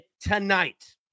tonight